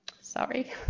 Sorry